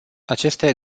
aceste